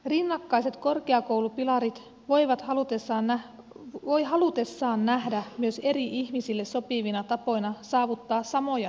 rinnakkaiset korkeakoulupilarit voi halutessaan nähdä myös eri ihmisille sopivina tapoina saavuttaa samoja tavoitteita